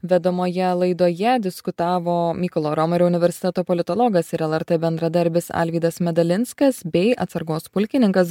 vedamoje laidoje diskutavo mykolo romerio universiteto politologas ir lrt bendradarbis alvydas medalinskas bei atsargos pulkininkas